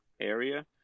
area